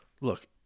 look